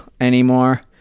anymore